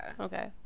okay